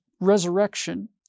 resurrection